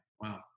wow